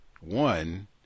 one